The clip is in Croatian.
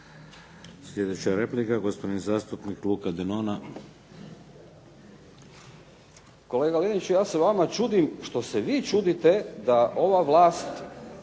Sljedeća replika, gospodin zastupnik Luka Denona. **Denona, Luka (SDP)** Kolega Liniću, ja se vama čudim što se vi čudite da ova vlast